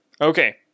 Okay